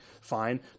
fine